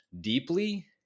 deeply